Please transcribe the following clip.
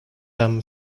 them